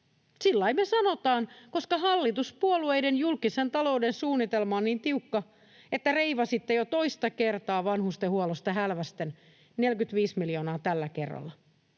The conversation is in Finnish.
Sillain me sanotaan, koska hallituspuolueiden julkisen talouden suunnitelma on niin tiukka, että reivasitte jo toista kertaa vanhustenhuollosta hälväisten 45 miljoonaa tällä kerralla.